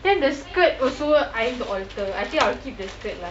then the skirt also I need to alter I think I will keep the skirt lah